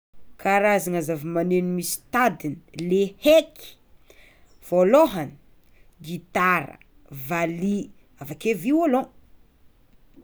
Karazagna zavamaneno misy tadiny le heky: voalohany gitara, valiha, aveke violon.